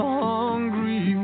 hungry